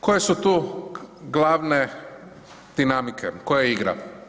Koje su tu glavne dinamike, koja je igra?